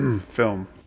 film